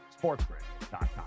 sportsgrid.com